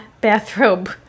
bathrobe